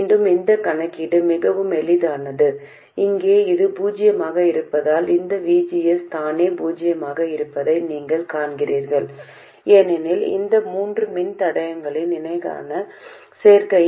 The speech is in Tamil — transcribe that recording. மேலும் இந்த விஷயங்கள் மிக முக்கியமானவை முதலாவதாக பல இயற்கணிதத்திற்குப் பிறகு நீங்கள் பெற்ற முடிவு சரியானதா என்பதைச் சரிபார்க்கவும் மேலும் சுற்று பற்றிய சில உள்ளுணர்வுகளைப் பெறவும்